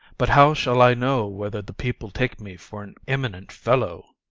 but how shall i know whether the people take me for an eminent fellow?